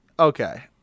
Okay